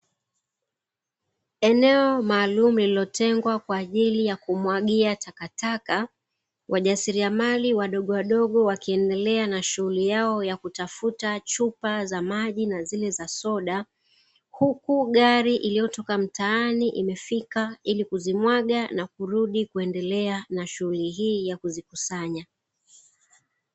Eneo maalumu lililo tengwa kwa ajili ya kumwagia takataka wajasiramali wadogo wadogo wakiendelea na shughuli yao ya kutafuta chupa za maji na zile za soda, huku gali iliyotoka mtaani imefika ili kuzimwaga na kurudi kuendelea na shuhuri hii ya kuzikusanya.